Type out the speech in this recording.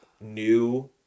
new